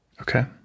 Okay